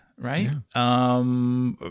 Right